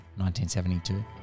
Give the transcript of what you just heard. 1972